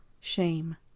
shame